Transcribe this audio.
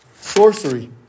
Sorcery